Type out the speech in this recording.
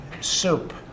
Soup